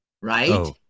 right